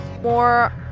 more